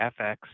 FX